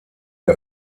der